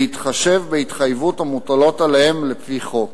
בהתחשב בהתחייבויות המוטלות עליהם לפי החוק.